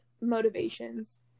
motivations